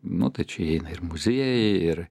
nu tai čia įeina ir muziejai ir